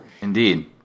Indeed